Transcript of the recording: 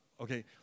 okay